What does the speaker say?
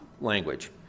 language